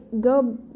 go